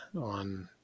on